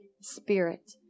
spirit